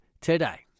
today